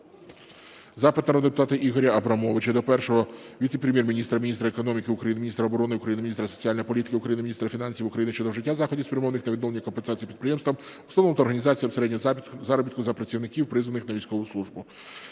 допомоги до 5 травня. Ігоря Абрамовича до першого віце-прем'єр-міністра України - міністра економіки України, міністра оборони України, міністра соціальної політики України, міністра фінансів України щодо вжиття заходів, спрямованих на відновлення компенсації підприємствам, установам та організаціям середнього заробітку за працівників, призваних на військову службу.